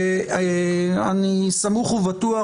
ואני סמוך ובטוח,